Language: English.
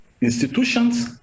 institutions